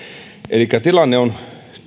elikkä tilanne on